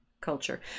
culture